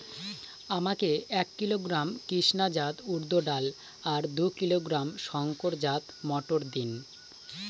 আমাকে এক কিলোগ্রাম কৃষ্ণা জাত উর্দ ডাল আর দু কিলোগ্রাম শঙ্কর জাত মোটর দিন?